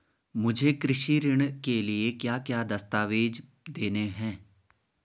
मुझे कृषि ऋण के लिए क्या क्या दस्तावेज़ देने हैं?